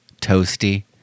toasty